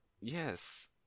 yes